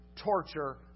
torture